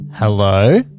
Hello